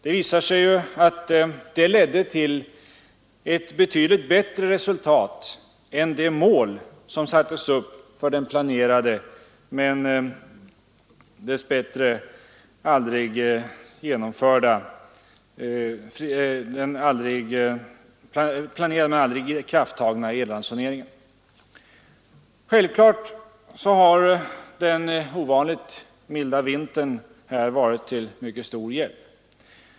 Det visar sig ju att detta ledde till ett betydligt bättre resultat än det mål som sattes upp för den planerade men aldrig ikraftsatta elransoneringen. Självfallet har den ovanligt milda vintern här varit till mycket stor hjälp.